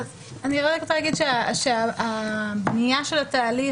אני רק רוצה להגיד שהבנייה של התהליך,